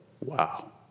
Wow